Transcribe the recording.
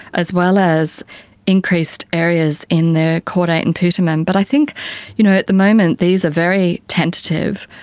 as well as increased areas in the caudate and putamen. but i think you know at the moment these are very tentative.